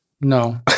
no